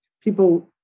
people